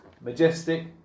Majestic